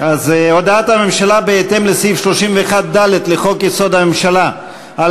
הודעת הממשלה בהתאם לסעיף 31(ד) לחוק-יסוד: הממשלה על